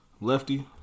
Lefty